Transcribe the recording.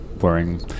wearing